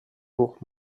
buch